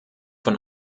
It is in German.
von